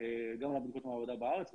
ועושים גם בדיקות מעבדה בארץ.